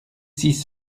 six